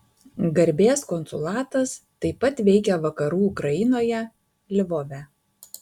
garbės konsulatas taip pat veikia vakarų ukrainoje lvove